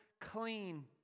clean